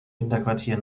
winterquartier